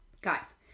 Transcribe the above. Guys